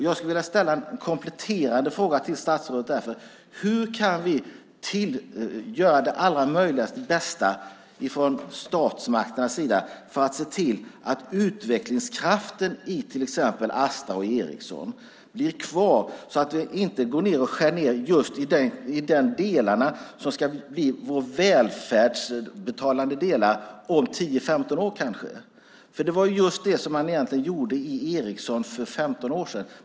Jag skulle vilja ställa en kompletterande fråga till statsrådet. Hur kan vi göra det allra bästa möjliga från statsmakternas sida för att se till att utvecklingskraften i till exempel Astra och Ericsson blir kvar, så att vi inte skär ned i just de delar som ska betala vår välfärd om kanske 10-15 år? Det var just det man egentligen gjorde i Ericsson för 15 år sedan.